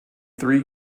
three